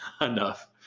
enough